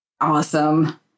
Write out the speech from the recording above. awesome